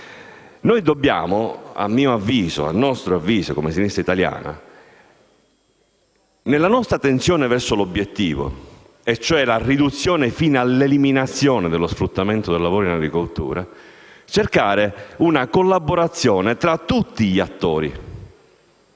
da molti, è assai avanti. Ad avviso della Sinistra italiana, nella nostra tensione verso l'obiettivo, e cioè la riduzione fino all'eliminazione dello sfruttamento del lavoro in agricoltura, dobbiamo cercare una collaborazione tra tutti gli attori: